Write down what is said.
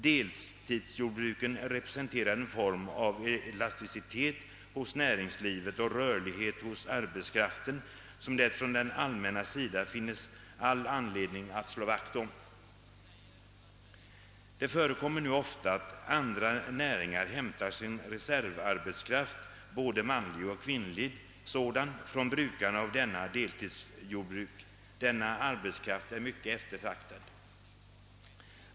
Deltidsjordbruken representerar en form av elasticitet hos näringslivet och rörlighet hos arbetskraften som det från det allmännas sida finns all anledning att slå vakt om. Det förekommer nu ofta, att andra näringar hämtar sin reservarbetskraft — både manlig och kvinnlig sådan — från brukarna av dessa deltidsjordbruk. Denna arbetskraft är mycket eftertraktad.